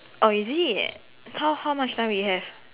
oh is it how how much time we have